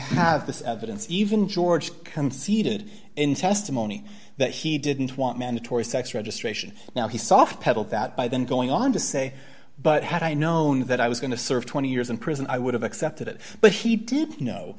have this evidence even george conceded in testimony that he didn't want mandatory sex registration now he soft pedaled that by then going on to say but had i known that i was going to serve twenty years in prison i would have accepted it but he did